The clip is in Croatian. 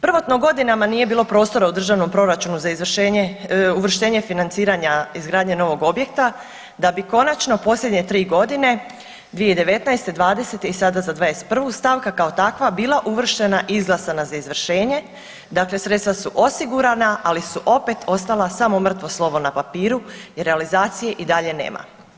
Prvotno, godinama nije bilo prostora u državnom proračunu za izvršenje, uvrštenje financiranja izgradnje novog objekta, da bi konačno, posljednje 3 godine 2019., '20. i sada za '21. stavka kao takva bila uvrštena i izglasana za izvršenje, dakle sredstva su osigurana, ali su opet ostala samo mrtvo slovo na papiru jer realizacije i dalje nema.